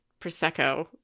Prosecco